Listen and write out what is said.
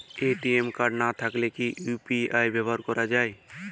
ATM card না থাকলে কি ইউ.পি.আই ব্যবহার করা য়ায়?